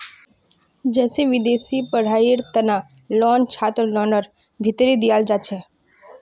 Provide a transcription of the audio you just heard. जैसे विदेशी पढ़ाईयेर तना लोन छात्रलोनर भीतरी दियाल जाछे